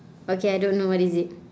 okay I don't know what is it